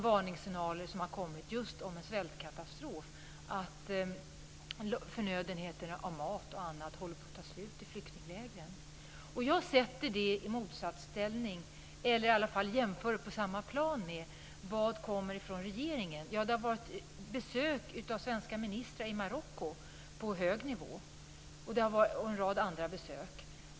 Varningssignaler har också kommit om en svältkatastrof då förnödenheterna, mat och annat, håller på att ta slut i flyktinglägren. Jag jämför detta med vad som kommer från regeringen. Det har varit besök av svenska ministrar i Marocko på hög nivå och en rad andra besök.